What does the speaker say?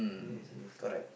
yes yes yes